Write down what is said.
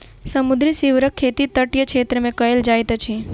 समुद्री सीवरक खेती तटीय क्षेत्र मे कयल जाइत अछि